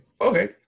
Okay